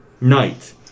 Knight